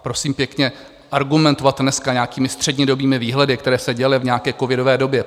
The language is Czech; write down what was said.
Prosím pěkně, argumentovat dneska nějakými střednědobými výhledy, které se děly v nějaké covidové době...